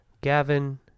Gavin